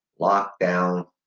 lockdown